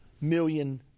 million